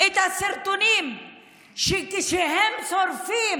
את הסרטונים שכשהם שורפים